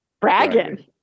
bragging